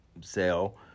sale